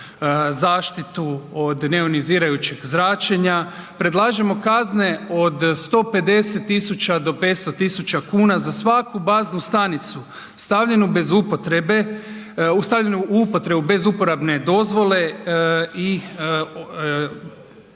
zaštitu od neionizirajućeg zračenja predlažemo kazne od 150.000,00 do 500.000,00 kn za svaku baznu stanicu stavljenu bez upotrebe, stavljenu